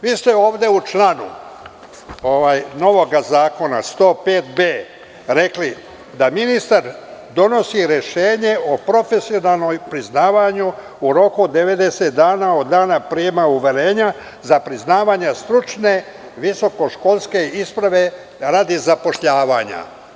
Vi ste ovde u članu novog zakona 105b rekli da ministar donosi rešenje o profesionalnom priznavanju u roku od 90 dana od dana prijema uverenja za priznavanje stručne visokoškolske isprave radi zapošljavanja.